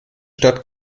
stadt